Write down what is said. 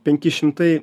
penki šimtai